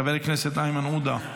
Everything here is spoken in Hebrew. חבר הכנסת איימן עודה,